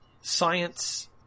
science